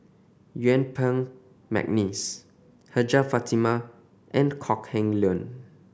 Yuen Peng McNeice Hajjah Fatimah and Kok Heng Leun